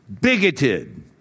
bigoted